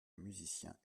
musiciens